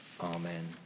amen